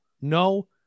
no